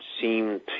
seemed